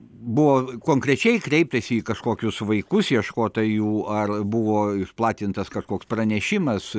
buvo konkrečiai kreipėsi į kažkokius vaikus ieškota jų ar buvo išplatintas kažkoks pranešimas